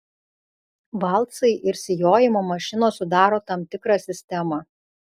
valcai ir sijojimo mašinos sudaro tam tikrą sistemą